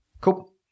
cool